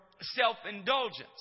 self-indulgence